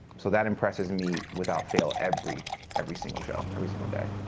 so that impresses me without fail every every single show, every single day.